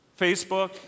Facebook